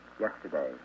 yesterday